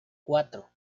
cuatro